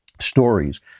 stories